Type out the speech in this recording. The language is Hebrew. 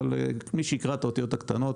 אבל מי שיקרא את האותיות הקטנות